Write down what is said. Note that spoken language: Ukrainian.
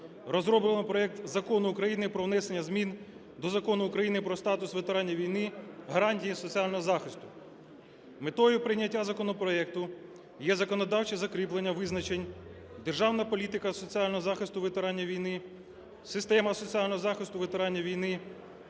розроблено проект Закону України про внесення змін до Закону України "Про статус ветеранів війни, гарантії їх соціального захисту". Метою прийняття законопроекту є законодавче закріплення визначень "державна політика соціального захисту ветеранів війни", "система соціального захисту ветеранів війни",